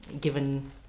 given